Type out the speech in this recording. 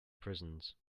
prisons